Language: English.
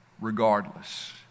regardless